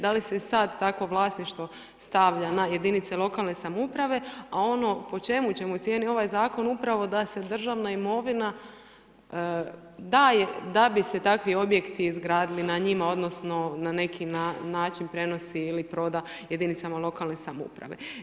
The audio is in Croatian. Da li se sad takvo vlasništvo stavlja na jedinice lokalne samouprave, a ono po čemu ćemo cijeniti ovaj zakon upravo da se državna imovina daje da bi se takvi objekti izgradili na njima, odnosno na neki način prenosi ili proda jedinicama lokalne samouprave.